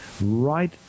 right